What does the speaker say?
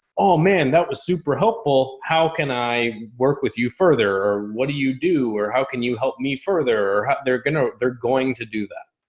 oh man, that was super helpful. how can i work with you further? or what do you do? or how can you help me further? they're going to, they're going to do that.